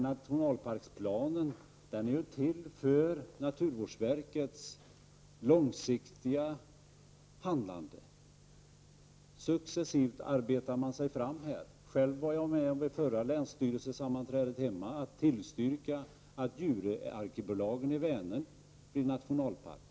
Nationalparksplanen är till för naturvårdsverkets långsiktiga handlande. Här arbetar man sig fram successivt. Själv var jag vid förra länsstyrelsesammanträdet hemma med om att tillstyrka att Djuröarkipelagen i Vänern blir nationalpark.